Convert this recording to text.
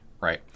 right